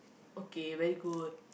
okay very good